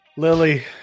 Lily